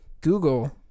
Google